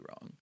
wrong